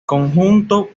conjunto